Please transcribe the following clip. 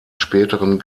späteren